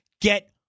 get